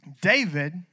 David